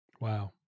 Wow